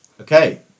okay